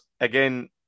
again